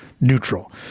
neutral